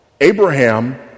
Abraham